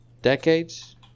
decades